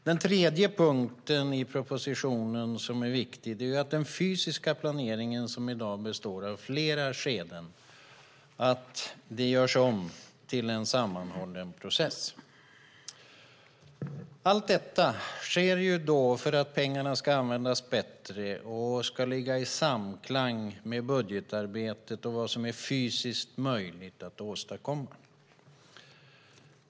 Den tredje punkten i propositionen som är viktig är att den fysiska planeringen, som i dag består av flera skeden, görs om till en sammanhållen process. Allt detta sker i syfte att pengarna ska användas bättre. Det ska ligga i samklang med budgetarbetet och med vad som är fysiskt möjligt att åstadkomma.